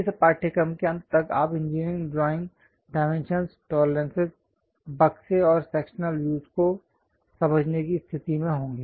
इस पाठ्यक्रम के अंत तक आप इंजीनियरिंग ड्राइंग डायमेंशनस् टोलरेंसेस बक्से और सेक्शनल व्यूज़ को समझने की स्थिति में होंगे